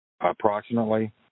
approximately